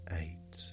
eight